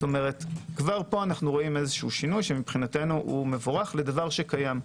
כבר פה אנו רואים שינוי מבורך מבחינתנו - זה דבר שקיים.